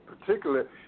particularly